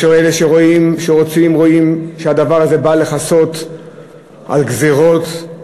יש אלה שרואים שהדבר הזה בא לכסות על גזירות,